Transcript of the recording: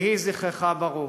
יהי זכרך ברוך.